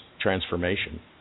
transformation